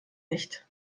nicht